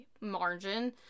margin